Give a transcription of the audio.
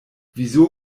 wieso